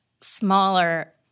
smaller